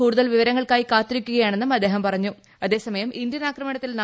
കൂടുതൽ വിവരങ്ങൾക്കായി കാത്തിരിക്കുകയാണെന്നും അദ്ദേഹം അതേസമയം ഇന്ത്യൻ ആക്രമണത്തിൽ പറഞ്ഞു